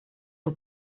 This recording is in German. für